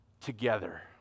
together